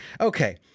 Okay